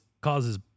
causes